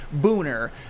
Booner